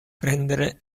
prendere